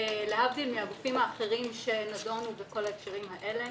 להבדיל מהגופים האחרים שנדונו בכל ההקשרים האלה,